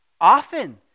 often